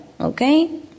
Okay